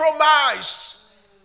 compromise